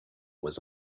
was